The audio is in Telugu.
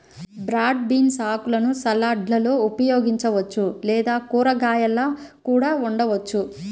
బ్రాడ్ బీన్స్ ఆకులను సలాడ్లలో ఉపయోగించవచ్చు లేదా కూరగాయలా కూడా వండవచ్చు